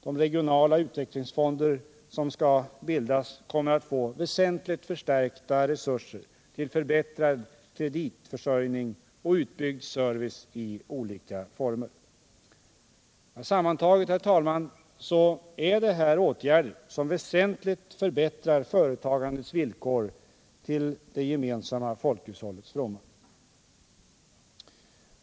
De regionala utvecklingsfonder som skall bildas kommer att få väsentligt förstärkta resurser till förbättrad kreditförsörjning och utbyggd service i olika former. Sammantaget är det här åtgärder som väsentligt förbättrar företagandets villkor till det gemensamma folkhushållets fromma.